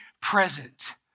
present